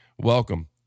welcome